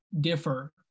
differ